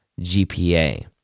GPA